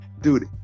dude